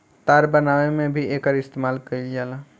तार बनावे में भी एकर इस्तमाल कईल जाला